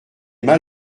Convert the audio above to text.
mal